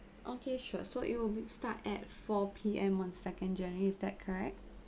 okay sure so it will start at four P_M on second january is that correct